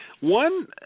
One